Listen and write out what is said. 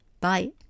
bye